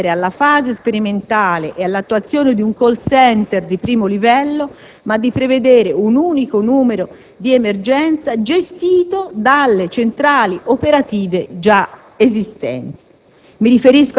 di non procedere alla fase sperimentale ed all'attuazione di un *call center* di primo livello, ma di prevedere un unico numero di emergenza gestito dalle centrali operative già esistenti.